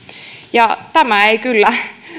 tämä ei kyllä